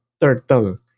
turtle